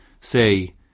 say